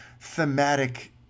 thematic